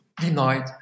denied